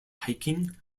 hiking